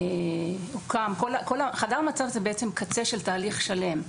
קצה של תהליך שלם.